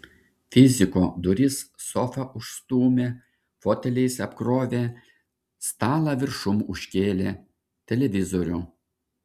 fiziko duris sofa užstūmė foteliais apkrovė stalą viršum užkėlė televizorių